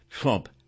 Trump